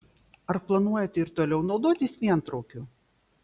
ar planuojate ir toliau naudotis pientraukiu